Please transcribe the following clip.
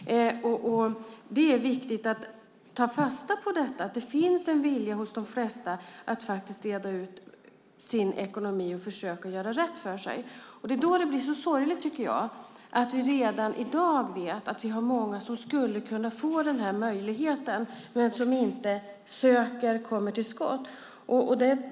Det är viktigt att ta fasta på att det finns en vilja hos de flesta att reda ut sin ekonomi och försöka göra rätt för sig. Det är då det blir sorgligt, tycker jag, att vi redan i dag vet att vi har många som skulle kunna få den möjligheten men som inte söker och kommer till skott.